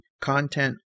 content